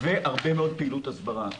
והרבה מאוד פעילות הסברה.